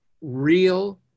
real